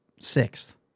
sixth